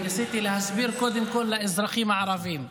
אתה צריך לתת לו עוד שלוש דקות.